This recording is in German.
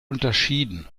unterschieden